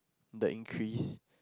the increase